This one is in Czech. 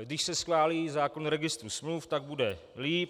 Když se schválí zákon o registru smluv, tak bude lépe.